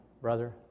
brother